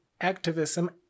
activism